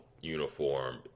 uniform